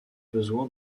besoin